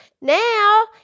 Now